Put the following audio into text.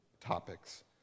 topics